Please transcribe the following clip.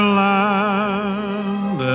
land